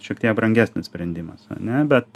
šiek tiek brangesnis sprendimas ane bet